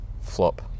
flop